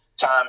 Time